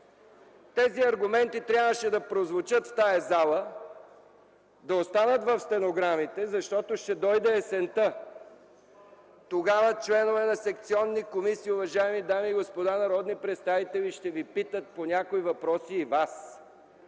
Тези аргументи трябваше да прозвучат в тази зала, да останат в стенограмите, защото ще дойде есента. Тогава членове на секционни комисии, уважаеми дами и господа народни представители, ще ви питат по някои въпроси и вас.